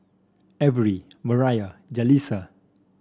Averie Mariah Jalissa